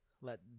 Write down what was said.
let